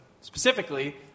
specifically